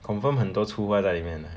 confirm 很多粗话在里面的